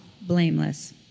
blameless